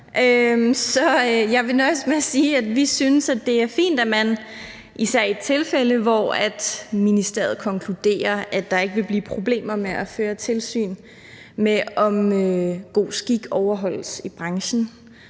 Så jeg vil nøjes med at sige, at vi synes, det er meget fint, at man, især i tilfælde, hvor ministeriet konkluderer, at der ikke vil blive problemer med at føre tilsyn med, om god skik overholdes i branchen,